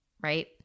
right